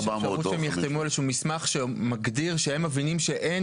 יש אפשרות שהם יחתמו על איזשהו מסמך שמגדיר שהם מבינים שאין